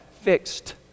fixed